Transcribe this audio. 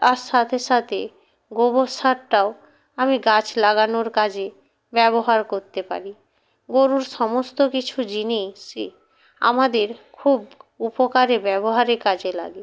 তার সাথে সাথে গোবর সারটাও আমি গাছ লাগানোর কাজে ব্যবহার করতে পারি গোরুর সমস্ত কিছু জিনিসই আমাদের খুব উপকারে ব্যবহারে কাজে লাগে